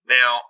Now